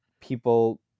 People